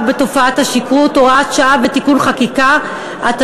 בתופעת השכרות (הוראת שעה ותיקון חקיקה) (תיקון),